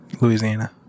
Louisiana